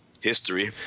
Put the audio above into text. history